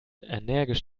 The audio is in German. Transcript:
energisch